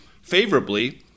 favorably